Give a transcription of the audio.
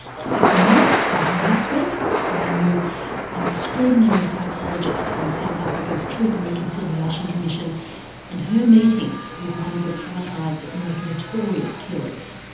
that's it from me until next week bringing you an extraordinary psychologist on south africa's truth and reconciliation commission and her meetings with one of apartheid's most notorious killers